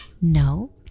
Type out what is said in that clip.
no